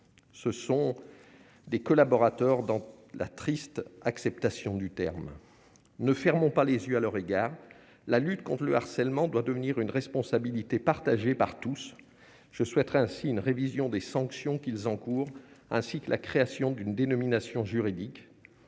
ce sont des collaborateurs dans la triste acceptation du terme : ne fermons pas les yeux à leur égard, la lutte contre le harcèlement doit devenir une responsabilité partagée par tous, je souhaiterais ainsi une révision des sanctions qu'ils encourent ainsi que la création d'une dénomination juridique